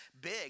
big